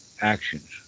actions